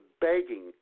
begging